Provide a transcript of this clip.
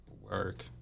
work